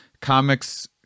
comics